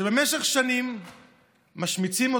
שבמשך שנים משמיצים אותה: